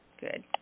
Good